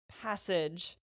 passage